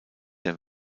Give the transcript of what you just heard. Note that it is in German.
der